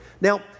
Now